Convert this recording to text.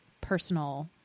personal